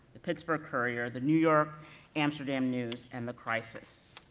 the pittsburgh courier, the new york amsterdam news, and the crisis.